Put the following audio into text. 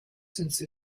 since